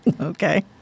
Okay